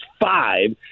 five